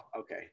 okay